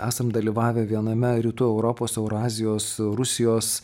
esam dalyvavę viename rytų europos eurazijos rusijos